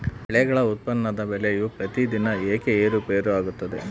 ಬೆಳೆಗಳ ಉತ್ಪನ್ನದ ಬೆಲೆಯು ಪ್ರತಿದಿನ ಏಕೆ ಏರುಪೇರು ಆಗುತ್ತದೆ?